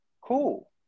cool